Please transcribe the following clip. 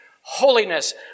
holiness